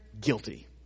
guilty